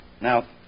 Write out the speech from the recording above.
Now